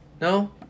No